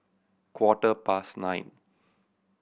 quarter past nine